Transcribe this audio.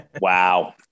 Wow